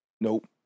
Nope